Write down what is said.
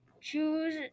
choose